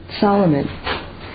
Solomon